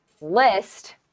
list